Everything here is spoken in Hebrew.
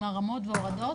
עם הרמות והורדות